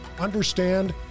understand